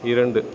இரண்டு